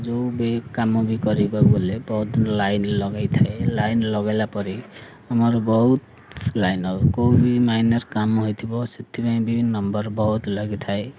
ଯେଉଁ ବି କାମ ବି କରିବାକୁ ଗଲେ ବହୁତ ଦିନ ଲାଇନ୍ ଲଗାଇଥାଏ ଲାଇନ୍ ଲଗାଇଲା ପରେ ଆମର ବହୁତ ଲାଇନ୍ କେଉଁ ବି ମାଇନର୍ କାମ ହୋଇଥିବ ସେଥିପାଇଁ ବି ନମ୍ବର୍ ବହୁତ ଲାଗିଥାଏ